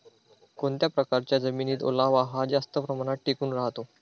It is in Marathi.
कोणत्या प्रकारच्या जमिनीत ओलावा हा जास्त प्रमाणात टिकून राहतो?